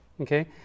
okay